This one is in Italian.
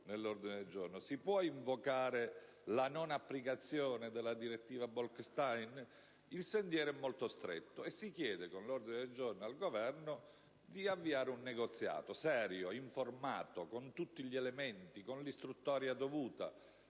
nell'ordine del giorno - la non applicazione della direttiva Bolkestein. Il sentiero è molto stretto e con questo ordine del giorno si chiede al Governo di avviare un negoziato serio, informato, con tutti gli elementi, con l'istruttoria dovuta,